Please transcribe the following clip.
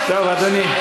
טוב, אדוני.